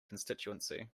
constituency